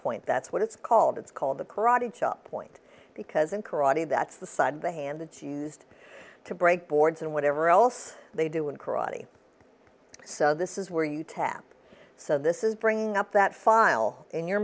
point that's what it's called it's called the karate chop point because in karate that's the side of the hand that used to break boards and whatever else they do in karate so this is where you tap so this is bringing up that file in your